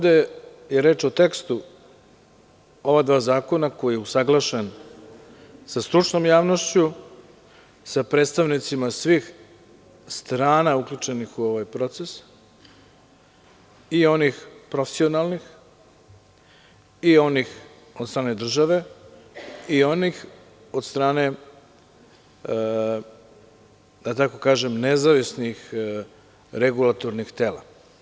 Ovde je reč o tekstu ova dva zakona koji je usaglašen sa stručnom javnošću, sa predstavnicima svih strana uključenih u ovaj proces i onih profesionalnih i onih od strane države i onih od strane, da tako kažem, nezavisnih regulatornih tela.